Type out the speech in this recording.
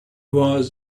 was